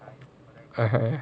(uh huh)